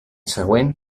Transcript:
següent